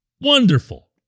wonderful